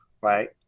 right